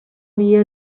via